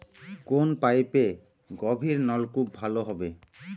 কোন পাইপে গভিরনলকুপ ভালো হবে?